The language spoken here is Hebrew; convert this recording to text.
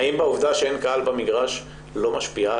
האם העובדה שאין קהל במגרש לא משפיעה